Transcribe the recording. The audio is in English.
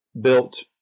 built